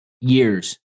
years